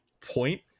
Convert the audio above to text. point